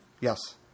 Yes